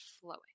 flowing